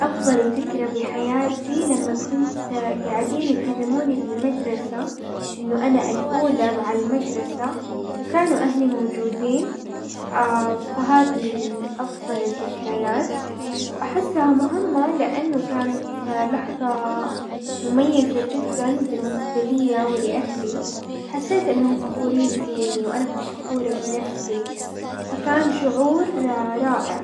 افضل فكرة بحياتي لما كنت قاعدين يكرموني بالمدرسة انه انا الاولى وعالمدرسة، وكانوا اهلي موجودين فهادي من افضل الذكريات، واحسها مهمة لانه كانت لحظة مميزة جدا بالنسبة ليا ولاهلي. حسيت انهم فخورين فيني وانا كنت فخورة بنفسي، فكان شعور رائع.